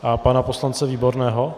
A pana poslance Výborného?